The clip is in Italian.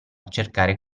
cercare